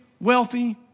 wealthy